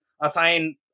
assign